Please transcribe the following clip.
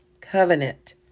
covenant